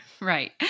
right